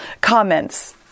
comments